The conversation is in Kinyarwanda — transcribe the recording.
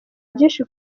byinshi